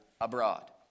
abroad